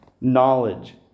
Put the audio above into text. Knowledge